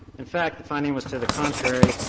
in fact, the finding was to the contrary.